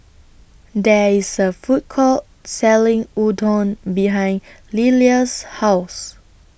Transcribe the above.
There IS A Food Court Selling Udon behind Lilia's House